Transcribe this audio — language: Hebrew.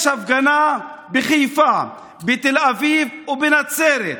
יש הפגנה בחיפה, בתל אביב ובנצרת.